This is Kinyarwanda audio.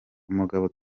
umugabo